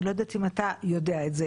אני לא יודעת אם אתה יודע את זה,